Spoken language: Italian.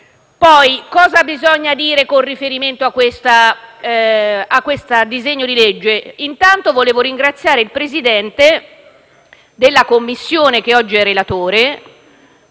Che cosa bisogna dire con riferimento a questo disegno di legge? Innanzitutto, voglio ringraziare il Presidente della Commissione giustizia, che oggi è relatore,